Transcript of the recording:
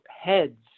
heads